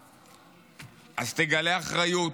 אז תגלה אחריות.